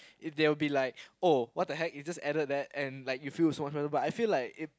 if they'll be like oh what the heck you just added that and you feel so much better but I feel like it